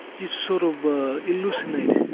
you sort of ah hallucinate,